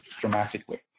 dramatically